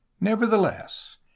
Nevertheless